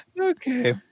Okay